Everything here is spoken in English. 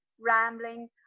rambling